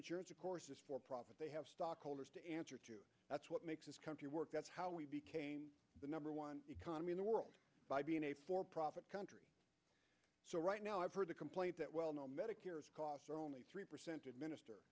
insurance of course is for profit they have stockholders to answer to that's what makes this country work that's how we became the number one economy in the world by being a for profit country so right now i've heard the complaint that well no medicare costs are only three percent to administer